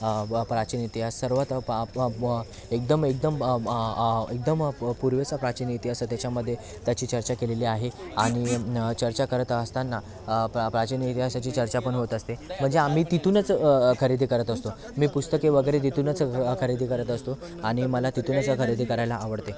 प्राचीन इतिहास सर्वात प प एकदम एकदम एकदम प पूर्वीचा प्राचीन इतिहास त्याच्यामध्ये त्याची चर्चा केलेली आहे आणि चर्चा करत असताना प प्राचीन इतिहासाची चर्चा पण होत असते म्हणजे आम्ही तिथूनच खरेदी करत असतो मी पुस्तके वगैरे तिथूनच स खरेदी करत असतो आणि मला तिथूनच खरेदी करायला आवडते